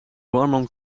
barman